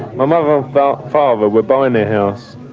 my mother and father were buying their house,